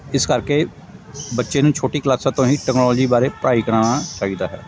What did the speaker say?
ਇਸ ਕਰਕੇ ਬੱਚੇ ਨੂੰ ਛੋਟੀ ਕਲਾਸਾਂ ਤੋਂ ਹੀ ਟੈਕਨੋਲੋਜੀ ਬਾਰੇ ਪੜ੍ਹਾਈ ਕਰਾਉਣਾ ਚਾਹੀਦਾ ਹੈ